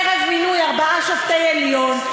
ערב מינוי ארבעה שופטי עליון,